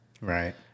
right